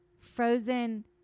frozen